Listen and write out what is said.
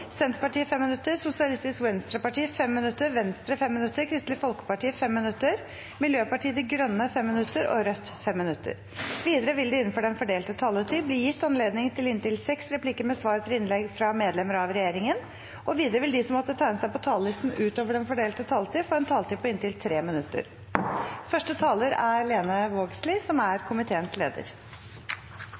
Senterpartiet 5 minutter, Sosialistisk Venstreparti 5 minutter, Venstre 5 minutter, Kristelig Folkeparti 5 minutter, Miljøpartiet De Grønne 5 minutter og Rødt 5 minutter. Videre vil det – innenfor den fordelte taletid – bli gitt anledning til inntil seks replikker med svar etter innlegg fra medlemmer av regjeringen, og de som måtte tegne seg på talerlisten utover den fordelte taletid, får en taletid på inntil 3 minutter.